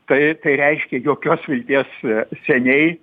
tai tai reiškia jokios vilties seniai